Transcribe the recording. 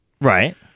Right